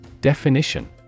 Definition